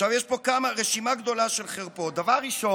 עכשיו, יש פה רשימה גדולה של חרפות: דבר ראשון,